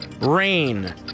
Rain